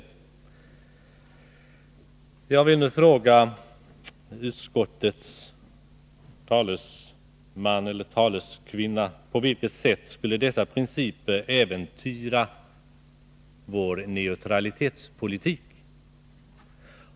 Jag vill nu fråga utskottets talesman: På vilket sätt skulle dessa principer äventyra vår neutralitetspolitik?